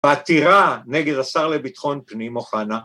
‫העתירה נגד השר לביטחון פנים, אוחנה